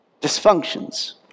dysfunctions